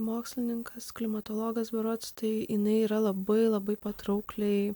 mokslininkas klimatologas berods tai jinai yra labai labai patraukliai